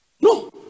no